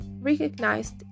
recognized